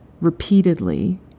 repeatedly